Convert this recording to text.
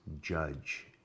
judge